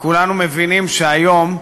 וכולנו מבינים שהיום,